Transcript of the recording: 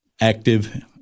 active